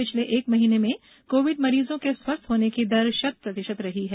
पिछले एक महीने में कोविड मरीजों के स्वस्थ होने की दर शत प्रतिशत रही है